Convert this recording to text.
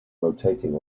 rotating